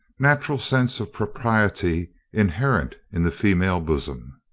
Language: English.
natural sense of propriety inherent in the female bosom.